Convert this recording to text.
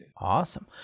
Awesome